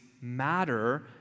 matter